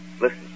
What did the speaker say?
Listen